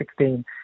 2016